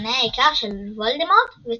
מסימני ההיכר של וולדמורט ותומכיו.